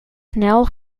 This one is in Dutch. snel